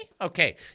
Okay